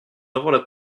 avoir